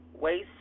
waste